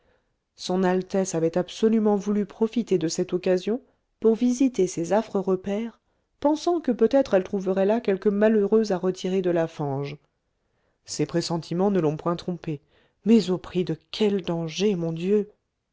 son altesse avait absolument voulu profiter de cette occasion pour visiter ces affreux repaires pensant que peut-être elle trouverait là quelques malheureux à retirer de la fange ses pressentiments ne l'ont point trompée mais au prix de quels dangers mon dieu